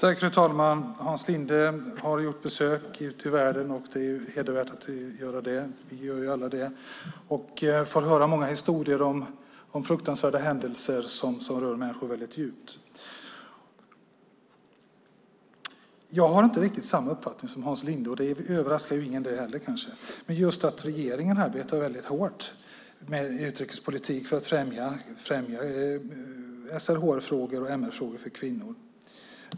Fru talman! Hans Linde har gjort besök ute i världen, och det är hedervärt. Han har fått höra många historier om fruktansvärda händelser som rör människor djupt. Jag har inte riktigt samma uppfattning som Hans Linde, och det överraskar väl ingen. Regeringen arbetar hårt inom utrikespolitiken för att främja SRHR-frågor och MR-frågor för kvinnor.